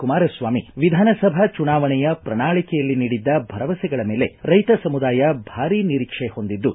ಕುಮಾರಸ್ವಾಮಿ ವಿಧಾನಸಭಾ ಚುನಾವಣೆಯ ಪ್ರಣಾಳಿಕೆಯಲ್ಲಿ ನೀಡಿದ್ದ ಭರವಸೆಗಳ ಮೇಲೆ ರೈತ ಸಮುದಾಯ ಭಾರೀ ನಿರೀಕ್ಷೆ ಹೊಂದಿದ್ದು